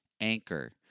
Anchor